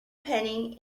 penny